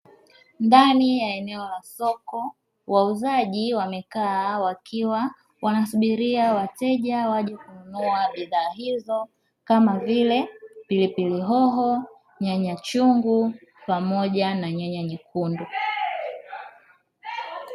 Ndani ya eneo la soko wauzaji wamekaa wakiwa wanasubiria wateja waje kununua bidhaa hizo kama vile: pilipili hoho, nyanya chungu pamoja na nyanya nyekundu.